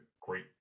great